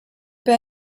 have